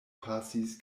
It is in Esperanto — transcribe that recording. pasis